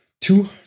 two